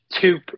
two